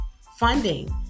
funding